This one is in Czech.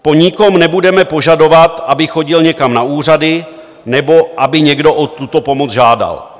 Po nikom nebudeme požadovat, aby chodil někam na úřady nebo aby někdo o tuto pomoc žádal.